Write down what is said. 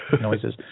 noises